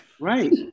Right